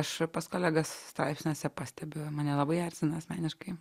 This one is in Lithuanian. aš pas kolegas straipsniuose pastebiu mane labai erzina asmeniškai